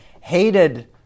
hated